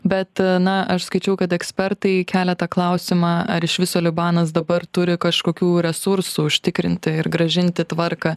bet na aš skaičiau kad ekspertai kelia tą klausimą ar iš viso libanas dabar turi kažkokių resursų užtikrinti ir grąžinti tvarką